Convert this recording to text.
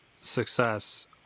success